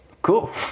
Cool